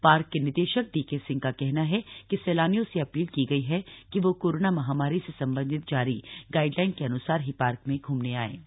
park के निदेशक DK Singh का कहना है कि सैलानियों से अपील की गई है कि वह कोरोना महामारी से संबंधित जारी गाइडलाइन के अनुसार ही पार्क में घूमने थे ए